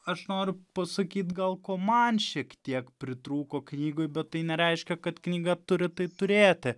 aš noriu pasakyt gal ko man šiek tiek pritrūko knygoj bet tai nereiškia kad knyga turi tai turėti